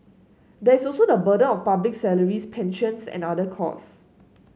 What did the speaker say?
there is also the burden of public salaries pensions and other cost